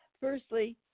firstly